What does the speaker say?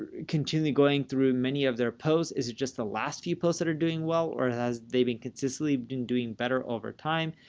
continually going through many of their posts? is it just the last few posts that are doing well or have they been consistently doing better over time?